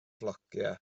flociau